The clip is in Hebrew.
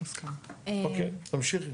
אוקיי, תמשיכי.